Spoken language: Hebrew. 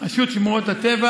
רשות שמורות הטבע